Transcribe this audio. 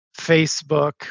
Facebook